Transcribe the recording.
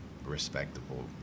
respectable